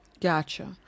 Gotcha